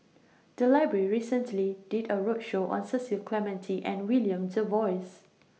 The Library recently did A roadshow on Cecil Clementi and William Jervois